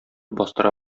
бастыра